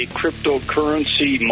cryptocurrency